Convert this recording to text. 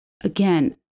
Again